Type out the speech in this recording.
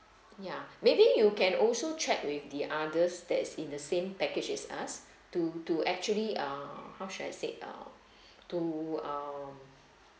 ya maybe you can also check with the others that is in the same package with us to to actually ah how should I said uh to uh